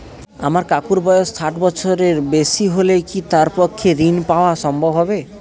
আমার কাকুর বয়স ষাট বছরের বেশি হলে কি তার পক্ষে ঋণ পাওয়া সম্ভব হবে?